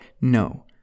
No